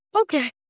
okay